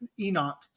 Enoch